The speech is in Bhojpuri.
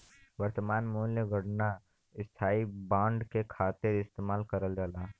वर्तमान मूल्य गणना स्थायी बांड के खातिर इस्तेमाल करल जाला